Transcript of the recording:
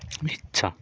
ইচ্ছা